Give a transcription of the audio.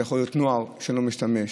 זה יכול להיות נוער שלא משתמש,